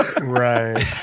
Right